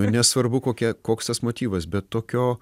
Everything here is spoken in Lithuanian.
nesvarbu kokia koks tas motyvas bet tokio